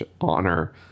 honor